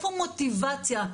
איפה מוטיבציה?